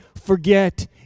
forget